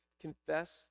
confess